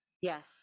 Yes